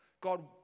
God